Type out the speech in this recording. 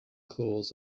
claws